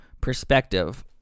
perspective